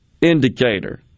indicator